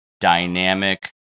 dynamic